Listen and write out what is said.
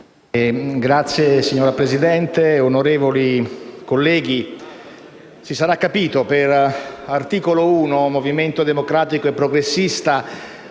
Signora Presidente, onorevoli colleghi, si sarà capito che per Articolo 1-Movimento Democratico e Progressista